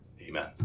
Amen